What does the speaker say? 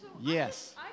Yes